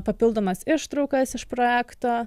papildomas ištraukas iš projekto